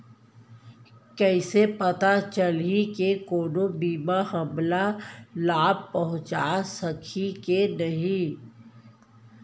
कइसे पता चलही के कोनो बीमा हमला लाभ पहूँचा सकही के नही